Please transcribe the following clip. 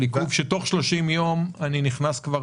שתוך 30 ימים אני נכנס כבר